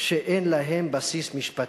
שאין להם בסיס משפטי.